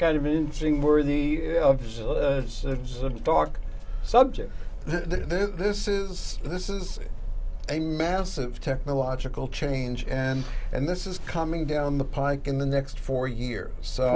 kind of mincing words talk subject this is this is a massive technological change and and this is coming down the pike in the next four years